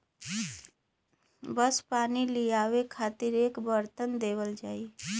बस पानी लियावे खातिर एक बरतन देवल जाई